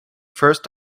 first